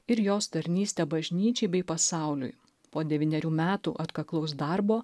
ir jos tarnystę bažnyčiai bei pasauliui po devynerių metų atkaklaus darbo